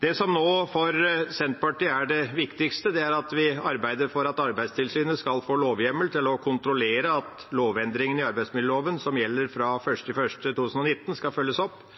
Det som for Senterpartiet er det viktigste nå, er at vi arbeider for at Arbeidstilsynet skal få lovhjemmel til å kontrollere at de lovendringene i arbeidsmiljøloven som gjelder fra 1. januar 2019, følges opp.